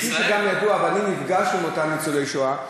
אני נפגש עם אותם ניצולי שואה.